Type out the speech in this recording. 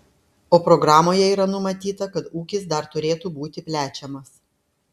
o programoje yra numatyta kad ūkis dar turėtų būti plečiamas